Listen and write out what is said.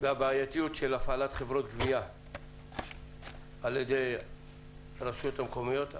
והבעייתיות של הפעלת חברות גבייה על ידי הרשויות המקומיות.